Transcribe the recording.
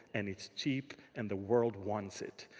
and it's cheap and the world wants it.